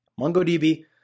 MongoDB